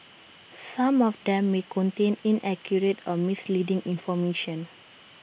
some of them may contain inaccurate or misleading information